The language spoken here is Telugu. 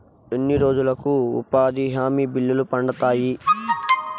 ఎన్ని రోజులకు ఉపాధి హామీ బిల్లులు పడతాయి?